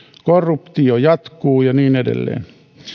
korruptio jatkuu ja niin edelleen